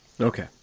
Okay